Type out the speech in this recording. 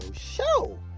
Show